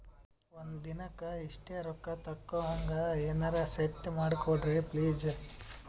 ಒಂದಿನಕ್ಕ ಇಷ್ಟೇ ರೊಕ್ಕ ತಕ್ಕೊಹಂಗ ಎನೆರೆ ಸೆಟ್ ಮಾಡಕೋಡ್ರಿ ಪ್ಲೀಜ್?